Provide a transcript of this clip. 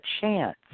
chance